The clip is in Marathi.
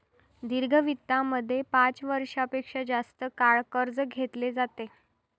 दीर्घ वित्तामध्ये पाच वर्षां पेक्षा जास्त काळ कर्ज घेतले जाते